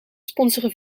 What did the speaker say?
sponsoren